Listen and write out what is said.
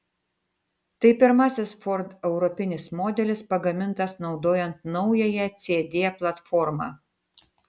tai pirmasis ford europinis modelis pagamintas naudojant naująją cd platformą